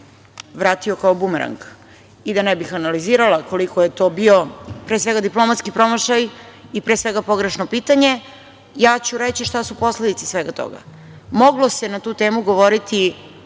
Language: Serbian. vratio kao bumerang. I da ne bih analizirala koliko je to bio pre svega diplomatski promašaj i pre svega pogrešno pitanje, ja ću reći šta su posledice svega toga. Moglo se na tu temu govoriti